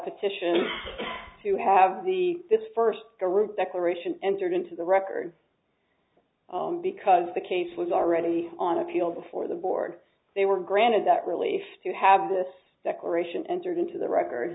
petition to have the this first declaration entered into the record because the case was already on appeal before the board they were granted that relief to have this declaration entered into the record